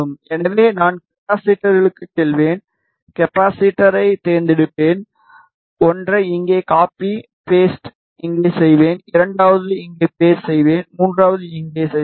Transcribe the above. எனவே நான் கப்பாசிட்டர்களுக்குச் செல்வேன் கப்பாசிட்டரை தேர்ந்தெடுப்பேன் ஒன்றை இங்கே காப்பி பேஸ்ட்டை இங்கே செய்வேன் இரண்டாவது இங்கே பேஸ்ட் செய்வேன் மூன்றாவது இங்கே செய்வேன்